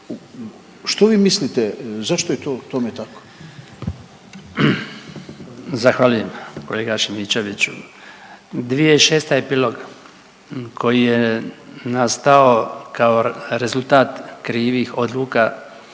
Što vi mislite zašto je to tome tako? **Bačić, Branko (HDZ)** Zahvaljujem kolega Šimičeviću. 2006. epilog koji je nastao kao rezultat krivih odluka